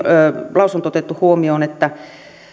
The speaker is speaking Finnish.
lausunto otettu huomioon siinä että